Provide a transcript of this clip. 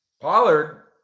Pollard